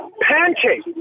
Pancake